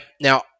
Now